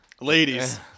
Ladies